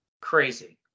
crazy